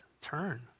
Turn